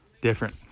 different